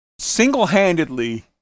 single-handedly